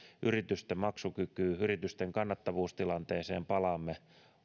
yritysten maksukykyyn yritysten kannattavuustilanteeseen palaamme